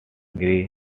grey